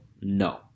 no